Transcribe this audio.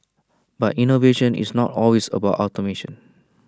but innovation is not always about automation